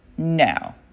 No